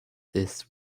this